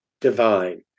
divine